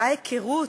אותה היכרות,